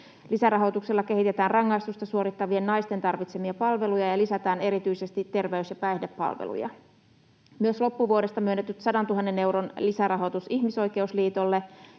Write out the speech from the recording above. Lisärahoituksella kehitetään rangaistusta suorittavien naisten tarvitsemia palveluja ja lisätään erityisesti terveys- ja päihdepalveluja. Myös loppuvuodesta myönnetyt 100 000 euron lisärahoitus Ihmisoikeusliitolle